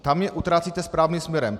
Tam je utrácíte správným směrem.